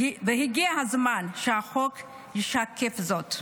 והגיע הזמן שהחוק ישקף זאת.